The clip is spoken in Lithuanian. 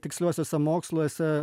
tiksliuosiuose moksluose